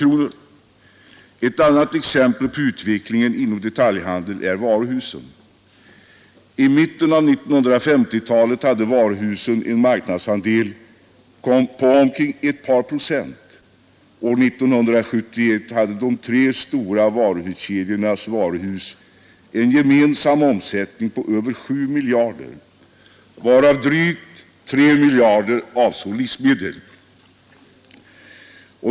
Ett annat exempel på utvecklingen inom detaljhandeln är varuhusen. I mitten av 1950-talet hade varuhusen en marknadsandel på omkring ett par procent. År 1971 hade de tre stora varuhuskedjornas varuhus en gemensam omsättning på över 7 miljarder, varav drygt 3 miljarder avsåg livsmedel.